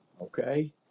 Okay